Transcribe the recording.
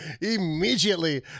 immediately